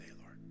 Lord